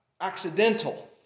accidental